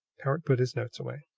powart put his notes away.